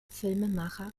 filmemacher